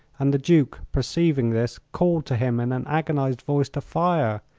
and the duke, perceiving this, called to him in an agonized voice to fire.